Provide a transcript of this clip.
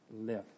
live